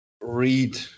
read